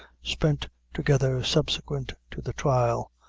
spent together subsequent to the trial,